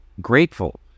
grateful